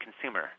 consumer